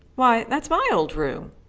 why, that's my old room,